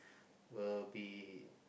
will be